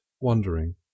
wondering